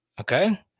Okay